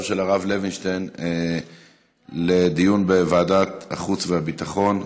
של הרב לוינשטיין לדיון בוועדת החוץ והביטחון.